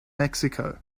mexico